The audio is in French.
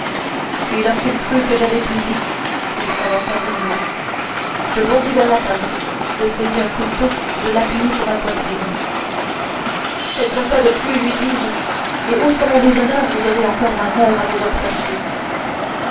puis lorsqu'il crut que j'avais tout dit il s'avança vers moi je bondis vers la table je saisis un couteau je l'appuyai sur ma poitrine faites un pas de plus lui dis-je et outre mon déshonneur vous aurez encore ma mort à vous reprocher